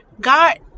God